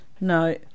No